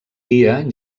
dia